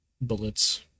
bullets